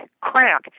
crack